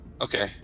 Okay